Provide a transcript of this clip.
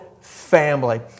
family